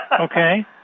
Okay